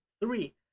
three